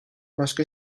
başka